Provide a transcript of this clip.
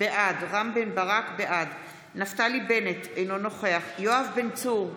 בעד נפתלי בנט, אינו נוכח יואב בן צור,